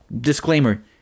Disclaimer